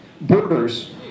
Borders